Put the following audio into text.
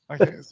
okay